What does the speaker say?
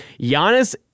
Giannis